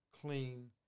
clean